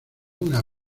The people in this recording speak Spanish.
una